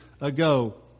ago